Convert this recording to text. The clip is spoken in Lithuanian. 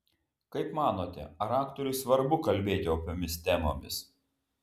kaip manote ar aktoriui svarbu kalbėti opiomis temomis